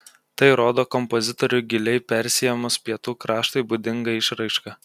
tai rodo kompozitorių giliai persiėmus pietų kraštui būdinga išraiška